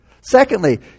Secondly